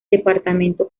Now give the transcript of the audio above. departamento